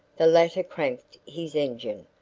the latter cranked his engine,